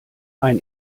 ein